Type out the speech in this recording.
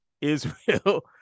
Israel